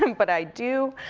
um but i do,